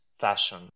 fashion